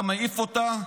אתה מעיף אותה,